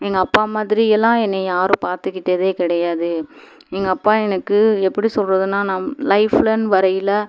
எங்கள் அப்பா மாதிரியெல்லாம் என்னை யாரும் பார்த்துக்கிட்டதே கிடையாது எங்கள் அப்பா எனக்கு எப்படி சொல்கிறதுன்னா நான் லைஃப்லன்னு வரையில